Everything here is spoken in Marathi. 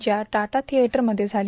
च्या ट्यटा थिएटर मध्ये झाली